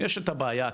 יש את הבעיה הכללית,